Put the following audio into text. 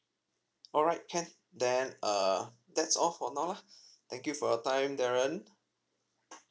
alright can then err that's all for now lah thank you for your time darren